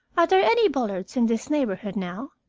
are there any bullards in this neighborhood now?